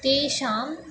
तेषाम्